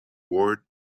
ward